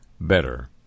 better